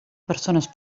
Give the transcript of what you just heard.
persones